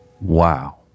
Wow